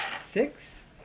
six